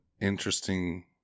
interesting